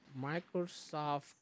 Microsoft